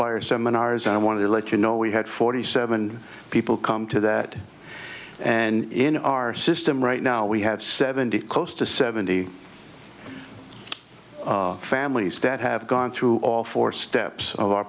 buyer seminars and i wanted to let you know we had forty seven people come to that and in our system right now we have seventy close to seventy families that have gone through all four steps o